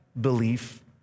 belief